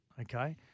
Okay